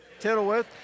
Tittlewith